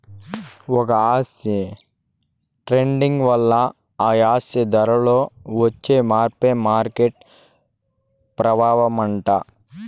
ఒక ఆస్తి ట్రేడింగ్ వల్ల ఆ ఆస్తి ధరలో వచ్చే మార్పే మార్కెట్ ప్రభావమట